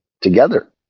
together